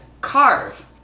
carve